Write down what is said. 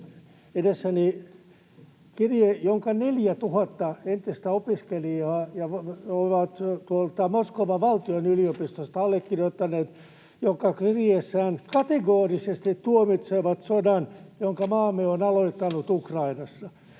edessäni kirje, jonka 4 000 entistä opiskelijaa tuolta Moskovan valtionyliopistosta ovat allekirjoittaneet, jotka kirjeessään kategorisesti tuomitsevat sodan, jonka maa on aloittanut Ukrainassa.